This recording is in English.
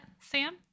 Sam